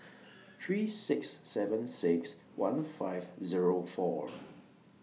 three six seven six one five Zero four